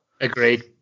Agreed